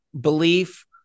belief